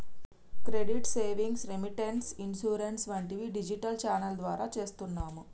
credit savings, remittance, insurance వంటివి digital channel ద్వారా చేస్తున్నాము